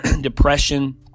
depression